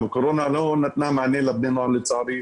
הקורונה לא נתנה מענה לבני הנוער, לצערי.